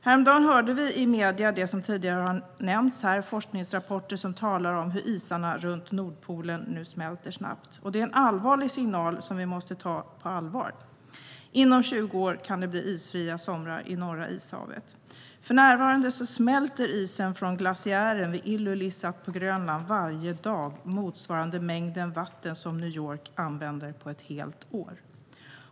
Häromdagen hörde vi i medierna det som tidigare har nämnts här, nämligen forskningsrapporter som talar om hur isarna runt Nordpolen nu smälter snabbt. Det är en allvarlig signal som vi måste ta på allvar. Inom 20 år kan det bli isfria somrar i norra Ishavet. För närvarande smälter isen från glaciären vid Ilulissat på Grönland varje dag med en mängd som motsvarar det vatten som New York använder på ett helt år.